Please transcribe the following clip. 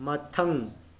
ꯃꯊꯪ